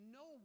no